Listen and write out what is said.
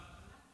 תגיד מה שאמרת.